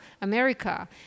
America